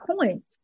point